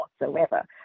whatsoever